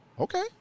okay